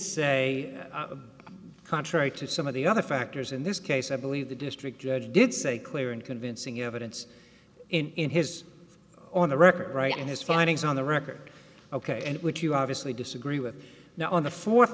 say contrary to some of the other factors in this case i believe the district judge did say clear and convincing evidence in his on the record right in his findings on the record ok and which you obviously disagree with now on the